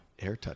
Airtouch